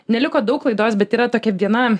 neliko daug laidos bet yra tokia viena